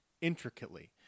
intricately